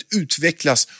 utvecklas